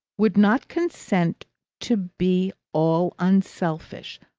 would not consent to be all unselfish,